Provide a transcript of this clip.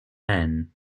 men